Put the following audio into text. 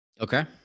Okay